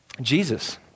Jesus